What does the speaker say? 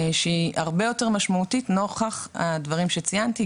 שהיא הרבה יותר משמעותית לנוכח הדברים שציינתי,